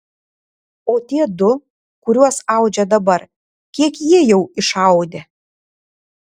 o tie du kuriuos audžia dabar kiek jie jau išaudė